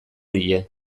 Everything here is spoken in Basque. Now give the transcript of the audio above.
die